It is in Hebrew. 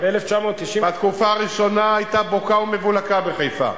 בתקופה הראשונה היתה בוקה ומבולקה בחיפה,